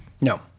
No